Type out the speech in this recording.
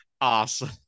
awesome